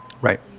Right